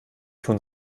tun